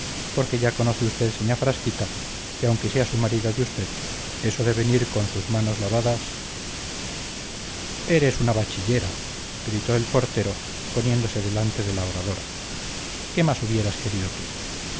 porque ya conoce usted señá frasquita que aunque sea su marido de usted eso de venir con sus manos lavadas eres una bachillera gritó el portero poniéndose delante de la oradora qué más hubieras querido tú